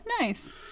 nice